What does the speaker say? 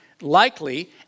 likely